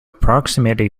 proximity